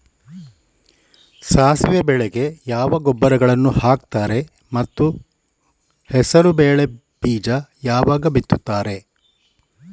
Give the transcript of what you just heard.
ಸಾಸಿವೆ ಬೆಳೆಗೆ ಯಾವ ರಸಗೊಬ್ಬರ ಹಾಕ್ತಾರೆ ಮತ್ತು ಹೆಸರುಬೇಳೆ ಬೀಜ ಯಾವಾಗ ಬಿತ್ತುತ್ತಾರೆ?